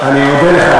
אני מודה לך,